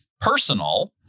personal